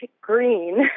green